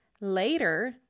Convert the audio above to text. Later